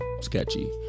sketchy